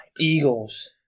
Eagles